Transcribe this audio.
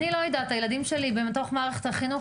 הילדים שלי בתוך מערכת החינוך,